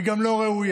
היא גם לא ראויה.